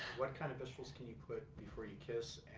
what kind of vegetables can you put before you kiss,